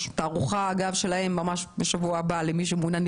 יש תערוכה שלהם בשבוע הבא למי שמעוניין